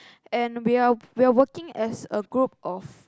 and we are we are working as a group of